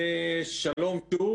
שוב שולם.